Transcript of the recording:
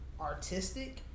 artistic